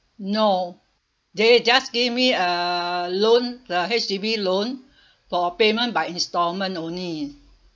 no they just gave me a loan the H_D_B loan for payment by installment only